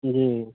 जी